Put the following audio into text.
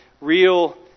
real